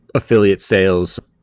affiliate sales